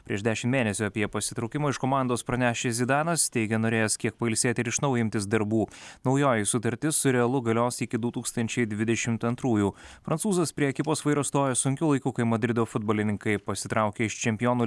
prieš dešimt mėnesių apie pasitraukimą iš komandos pranešęs zidanas teigia norėjęs kiek pailsėti ir iš naujo imtis darbų naujoji sutartis su realu galios iki du tūkstančiai dvidešimt antrųjų prancūzas prie ekipos vairo stojo sunkiu laiku kai madrido futbolininkai pasitraukė iš čempionų